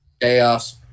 chaos